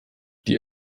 die